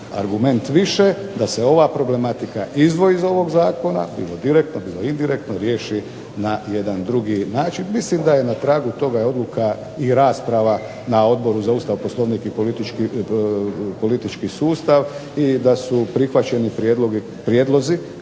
argument više da se ova problematika izdvoji iz ovog Zakona bilo direktno ili indirektno riješi na jedan drugi način, mislim da je na tragu toga i odluka i rasprava na Odboru za Ustav, Poslovnik i politički sustav i da su prihvaćeni prijedlozi